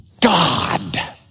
God